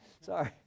Sorry